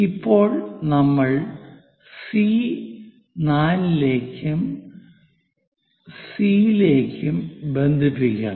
ഇപ്പോൾ നമ്മൾ സി 4 ലേക്കും സി ലേക്കും ബന്ധിപ്പിക്കണം